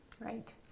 Right